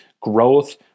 growth